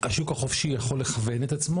השוק החופשי יכול לכוון אותו.